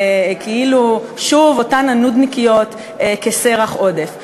כאילו שוב אותן הנודניקיות כסרח עודף.